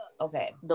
Okay